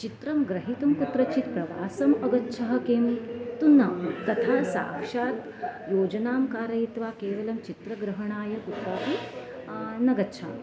चित्रं ग्रहीतुं कुत्रचित् प्रवासम् अगच्छः किं तु न तथा साक्षात् योजनां कारयित्वा केवलं चित्रग्रहणाय कुत्रापि न गच्छामि